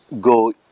go